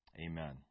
Amen